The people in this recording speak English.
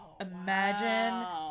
Imagine